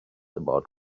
about